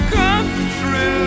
country